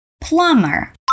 Plumber